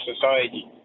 society